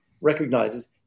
recognizes